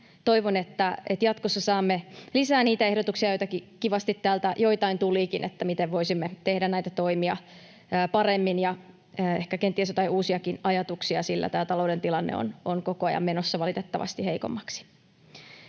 toivon, että jatkossa saamme lisää niitä ehdotuksia — joita kivasti täältä joitain tulikin — siitä, miten voisimme tehdä näitä toimia paremmin, ja ehkä kenties joitain uusiakin ajatuksia, sillä tämä talouden tilanne on koko ajan menossa valitettavasti heikommaksi.